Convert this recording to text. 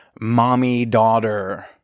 mommy-daughter